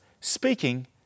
speaking